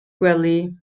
gwely